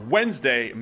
Wednesday